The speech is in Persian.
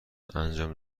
انجام